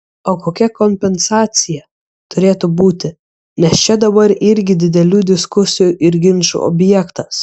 o kokia kompensacija turėtų būti nes čia dabar irgi didelių diskusijų ir ginčų objektas